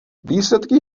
výsledky